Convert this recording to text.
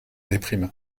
déprime